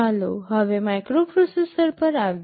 ચાલો હવે માઇક્રોપ્રોસેસર પર આવીએ